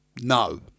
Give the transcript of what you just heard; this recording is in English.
no